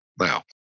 now